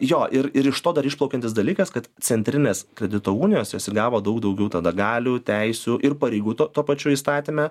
jo ir ir iš to dar išplaukiantis dalykas kad centrinės kredito unijos jos įgavo daug daugiau tada galių teisių ir pareigų tuo tuo pačiu įstatyme